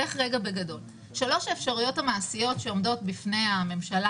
שלוש האפשרויות המעשיות שעומדות בפני הממשלה